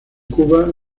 cuba